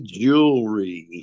jewelry